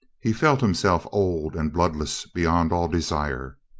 he felt himself old and bloodless beyond all desire.